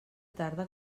tarda